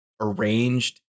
arranged